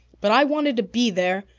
but i wanted to be there,